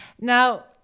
Now